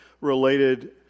related